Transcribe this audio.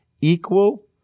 equal